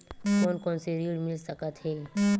कोन कोन से ऋण मिल सकत हे?